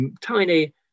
tiny